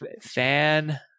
fan